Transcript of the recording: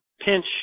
pinch